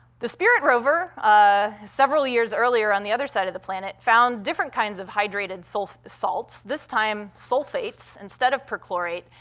the spirit rover, ah several years earlier on the other side of the planet, found different kinds of hydrated salts salts this time, sulfates instead of perchlorate,